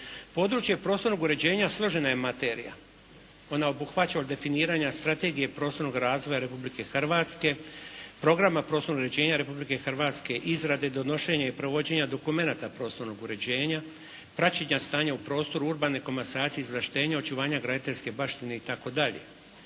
Područje prostornog uređenja složena je materija. Ona obuhvaća od definiranja strategije prostornog razvoja Republike Hrvatske, programa prostornog uređenja Republike Hrvatske, izrade, donošenja i provođenja dokumenta prostornog uređenja, praćenja stanja u prostoru, urbane komasacije, izvlaštenja, očuvanja graditeljske baštine itd.